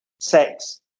sex